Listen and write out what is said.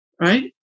right